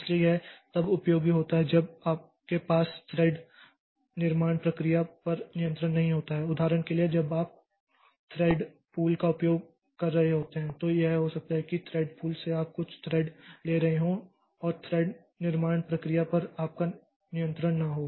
इसलिए यह तब उपयोगी होता है जब आपके पास थ्रेड निर्माण प्रक्रिया पर नियंत्रण नहीं होता है उदाहरण के लिए जब आप थ्रेड पूल का उपयोग कर रहे होते हैं तो यह हो सकता है कि थ्रेड पूल से आप कुछ थ्रेड ले रहे हों और थ्रेड निर्माण प्रक्रिया पर आपका नियंत्रण न हो